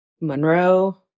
Monroe